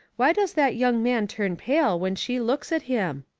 why does that young man turn pale when she looks at him?